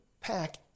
pack